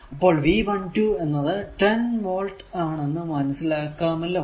അപ്പോൾ V12 എന്നത് 10 volt ആണെന്ന് മനസ്സിലാക്കാമല്ലോ